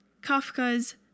kafka's